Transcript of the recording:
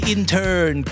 Intern